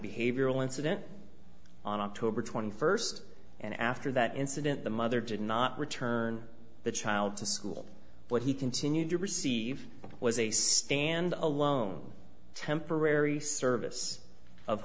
behavioral incident on october twenty first and after that incident the mother did not return the child to school but he continued to receive was a stand alone temporary service of